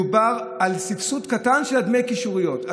מדובר על סבסוד קטן של דמי קישוריות.